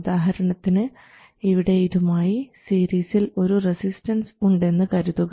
ഉദാഹരണത്തിന് ഇവിടെ ഇതുമായി സീരീസിൽ ഒരു റെസിസ്റ്റൻസ് ഉണ്ടെന്നു കരുതുക